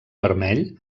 vermell